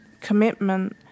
commitment